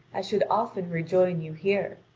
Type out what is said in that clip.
i should often rejoin you here.